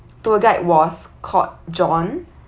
tour guide was called john